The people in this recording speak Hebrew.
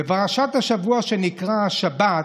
בפרשת השבוע שנקרא השבת,